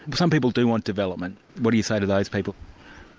but some people do want development. what do you say to those people?